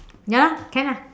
ya lah can ah